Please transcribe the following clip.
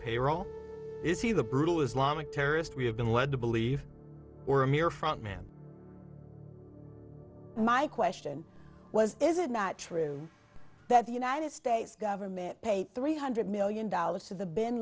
payroll is he the brutal islamic terrorist we have been led to believe or a mere front man my question was is it not true that the united states government paid three hundred million dollars to the bin